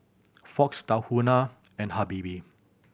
Fox Tahuna and Habibie